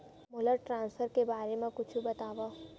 मोला ट्रान्सफर के बारे मा कुछु बतावव?